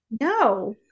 no